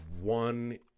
one